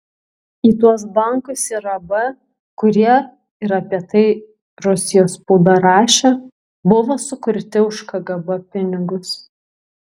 į tuos bankus ir ab kurie ir apie tai rusijos spauda rašė buvo sukurti už kgb pinigus